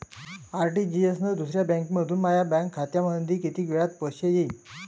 RTGS न दुसऱ्या बँकेमंधून माया बँक खात्यामंधी कितीक वेळातं पैसे येतीनं?